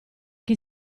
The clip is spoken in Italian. che